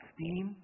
Steam